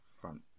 front